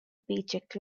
paycheck